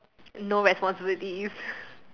no responsibilities